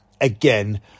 again